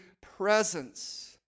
presence